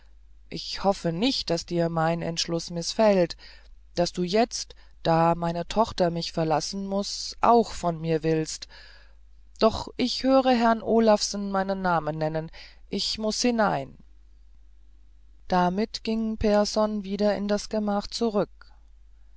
ich hoffe nicht daß dir mein entschluß mißfällt daß du jetzt da meine tochter mich verlassen muß auch von mir willst doch ich höre herrn olawsen meinen namen nennen ich muß hinein damit ging pehrson wieder in das gemach zurück